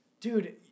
Dude